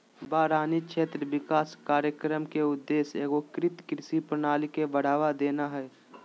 बारानी क्षेत्र विकास कार्यक्रम के उद्देश्य एगोकृत कृषि प्रणाली के बढ़ावा देना हइ